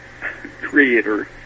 creator